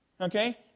Okay